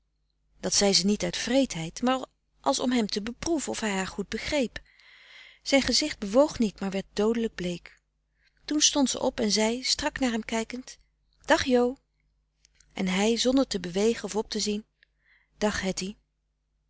dat zei ze niet uit wreedheid maar als om hem te beproeven of hij haar goed begreep zijn gezicht bewoog niet maar werd doodelijk bleek toen stond ze op en zei strak naar hem kijkend dag jo en hij zonder te bewegen of op te zien dag hettie